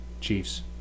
Chiefs